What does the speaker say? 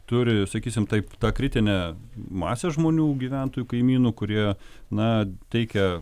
turi sakysim taip tą kritinę masę žmonių gyventojų kaimynų kurie na teikia